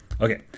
okay